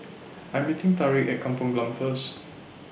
I Am meeting Tarik At Kampung Glam First